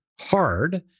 hard